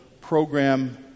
program